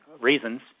reasons